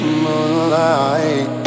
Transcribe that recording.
moonlight